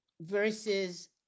versus